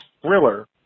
thriller